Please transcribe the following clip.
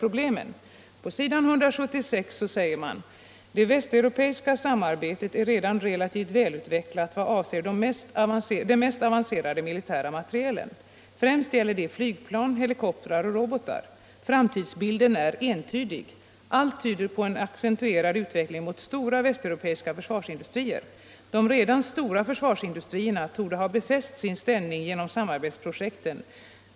Det heter på s. 176 i detta betänkande bl.a.: ”Det västeuropeiska samarbetet är redan relativt välutvecklat vad avser den mest avancerade militära materielen. Främst gäller det flygplan, helikoptrar och robotar. Framtidsbilden är ensidig. Allt tyder på en accentuerad utveckling mot stora västeuropeiska försvarsindustrier. De redan stora försvarsindustrierna torde ha befäst sin ställning genom samarbetsprojekten.